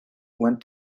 went